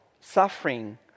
suffering